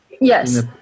Yes